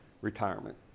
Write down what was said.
retirement